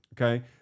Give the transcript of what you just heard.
Okay